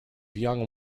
young